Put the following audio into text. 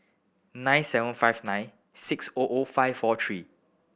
nine seven five nine six O O five four three